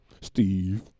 Steve